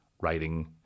writing